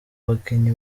bakinnyi